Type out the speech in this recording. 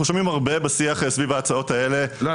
אנחנו שומעים הרבה בשיח סביב ההצעות האלה --- לא.